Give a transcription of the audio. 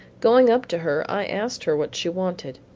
going up to her, i asked her what she wanted.